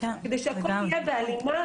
כדי שהכול יהיה בהלימה.